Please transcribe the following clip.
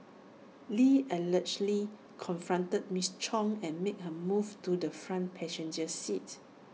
lee allegedly confronted miss chung and made her move to the front passenger seat